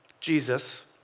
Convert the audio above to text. Jesus